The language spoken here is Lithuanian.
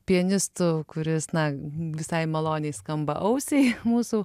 pianistų kuris na visai maloniai skamba ausiai mūsų